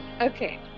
Okay